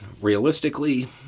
realistically